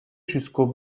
jusqu’aux